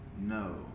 No